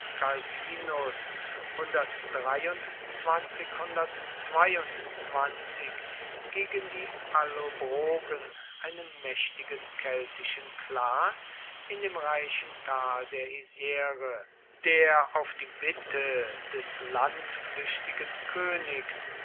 gaius calvinus gegen die allobrogen einen mächtigen keltischen clan in dem reichen tal der isre der auf die bitte des landflüchtigen königs